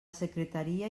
secretaria